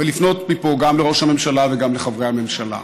ולפנות מפה גם לראש הממשלה וגם לחברי הממשלה: